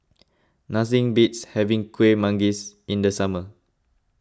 nothing beats having Kueh Manggis in the summer